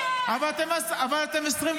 אוי אוי אוי.